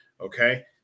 okay